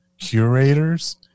curators